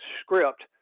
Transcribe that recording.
script